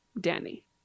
Danny